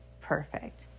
perfect